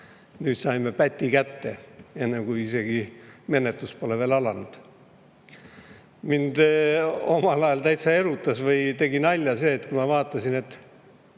nüüd saime päti kätte, enne kui isegi menetlus pole veel alanud. Mind omal ajal täitsa erutas või mulle tegi nalja see, et kui Rootsi